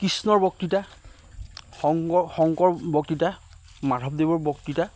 কৃষ্ণৰ বক্তৃতা শংকৰ শংকৰ বক্তৃতা মাধৱদেৱৰ বক্তৃতা